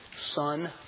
son